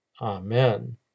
Amen